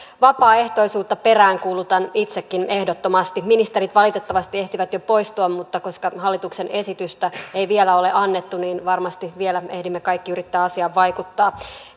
vapaaehtoisuutta peräänkuulutan itsekin ehdottomasti ministerit valitettavasti ehtivät jo poistua mutta koska hallituksen esitystä ei vielä ole annettu niin varmasti vielä ehdimme kaikki yrittää asiaan vaikuttaa